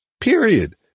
period